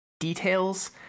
details